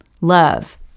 Love